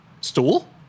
Stool